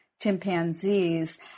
chimpanzees